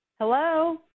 Hello